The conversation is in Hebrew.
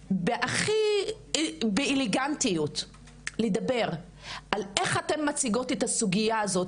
באו בהכי אלגנטיות לדבר על איך אתן מציגות את הסוגיה הזאת,